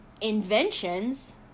inventions